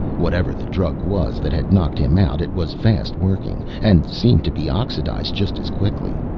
whatever the drug was that had knocked him out, it was fast working, and seemed to be oxidized just as quickly.